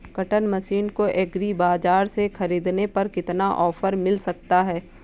Cutter machine को agri बाजार से ख़रीदने पर कितना ऑफर मिल सकता है?